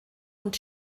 und